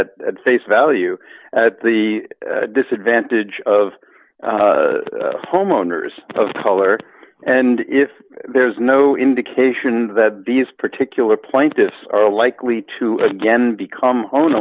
at face value at the disadvantage of homeowners of color and if there's no indication that these particular plaintiffs are likely to again become owner